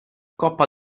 coppa